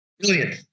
Brilliant